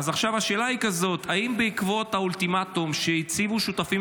עכשיו השאלה היא כזאת: בעקבות האולטימטום שהציבו שותפים